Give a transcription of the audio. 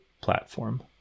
platform